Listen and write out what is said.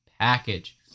package